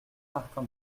martin